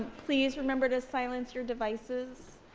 please remember to silence your devices.